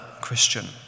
Christian